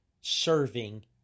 Serving